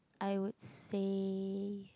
I would say